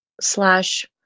slash